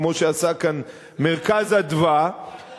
כמו שעשה כאן "מרכז אדוה" זה עדיין,